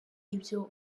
ibyo